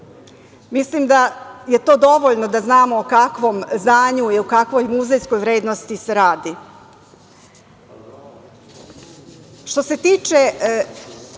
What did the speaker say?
Mislim da je to dovoljno da znamo o kakvom zdanju i o kakvoj muzejskoj vrednosti se radi. Što